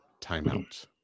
timeout